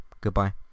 Goodbye